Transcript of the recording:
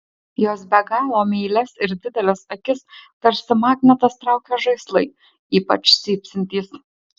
jos be galo meilias ir dideles akis tarsi magnetas traukia žaislai ypač cypsintys